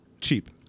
Cheap